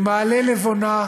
במעלה-לבונה,